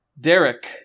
Derek